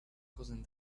causing